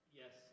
yes